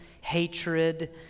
hatred